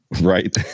right